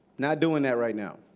not doing that right now.